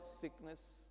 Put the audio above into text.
sickness